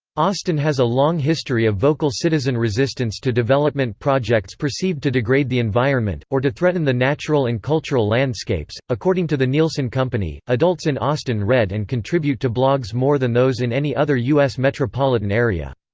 austin has a long history of vocal citizen resistance to development projects perceived to degrade the environment, or to threaten the natural and cultural landscapes according to the nielsen company, adults in austin read and contribute to blogs more than those in any other u s. metropolitan area.